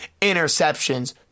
interceptions